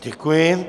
Děkuji.